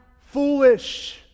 Foolish